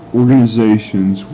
organizations